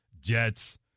Jets